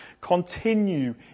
continue